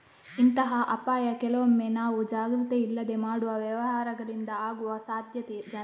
ಇಂತಹ ಅಪಾಯ ಕೆಲವೊಮ್ಮೆ ನಾವು ಜಾಗ್ರತೆ ಇಲ್ಲದೆ ಮಾಡುವ ವ್ಯವಹಾರಗಳಿಂದ ಆಗುವ ಸಾಧ್ಯತೆ ಜಾಸ್ತಿ